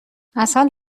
عسل